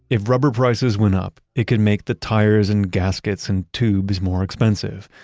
if rubber prices went up, it could make the tires and gaskets and tubes more expensive.